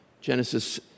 Genesis